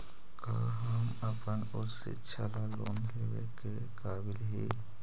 का हम अपन उच्च शिक्षा ला लोन लेवे के काबिल ही?